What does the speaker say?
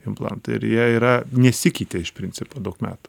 implantai ir jie yra nesikeitė iš principo daug metų